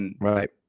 Right